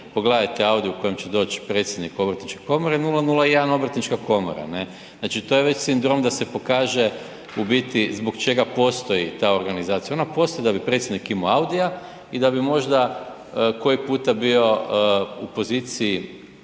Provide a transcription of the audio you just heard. pogledajte Audi u kojem će doći predsjednik obrtničke komore, 001 obrtnička komora, ne. Znači to je već sindrom da se pokaže u biti zbog čega postoji ta organizacija. Ona postoji da bi predsjednik imao Audija i da bi možda koji puta bio u poziciji